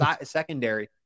secondary